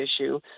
issue